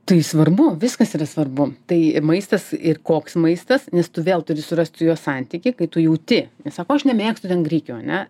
tai svarbu viskas yra svarbu tai maistas ir koks maistas nes tu vėl turi surasti jo santykį kaip tu jauti sako aš nemėgstu ten grikių ane